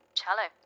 cello